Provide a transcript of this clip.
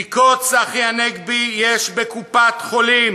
בדיקות, צחי הנגבי, יש בקופת-חולים.